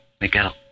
Miguel